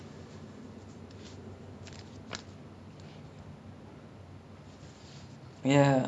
sia like very elite right it's like I think you compare it to commando in a way or like the S_S_B secret service branch